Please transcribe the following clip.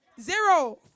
Zero